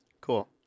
Cool